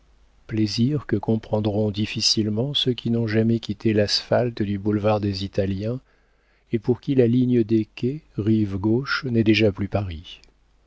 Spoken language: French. plaisir que comprendront difficilement ceux qui n'ont jamais quitté l'asphalte du boulevard des italiens et pour qui la ligne des quais rive gauche n'est déjà plus